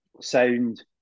sound